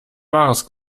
wahres